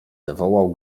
zawołał